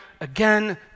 again